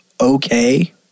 okay